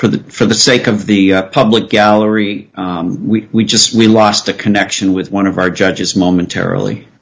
for the for the sake of the public gallery we just we lost a connection with one of our judges momentarily